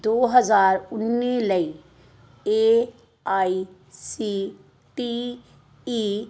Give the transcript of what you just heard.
ਦੋ ਹਜ਼ਾਰ ਉੱਨੀ ਲਈ A I C T E